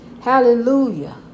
Hallelujah